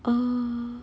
oh